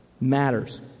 matters